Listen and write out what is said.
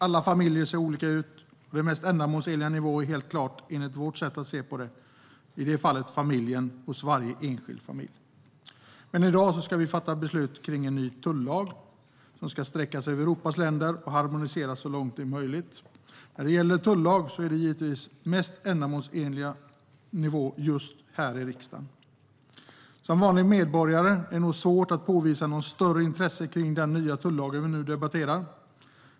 Alla familjer ser olika ut, och den mest ändamålsenliga nivån i det fallet är enligt vårt sätt att se på det helt klart hos varje enskild familj. I dag ska vi dock fatta beslut om en ny tullag som ska sträcka sig över Europas länder och harmonisera så långt som möjligt. När det gäller en tullag är givetvis den mest ändamålsenliga nivån just här i riksdagen. Som vanlig medborgare är det nog svårt att uppvisa något större intresse för den tullag vi nu debatterar.